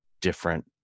different